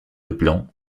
leblanc